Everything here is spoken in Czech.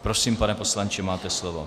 Prosím, pane poslanče, máte slovo.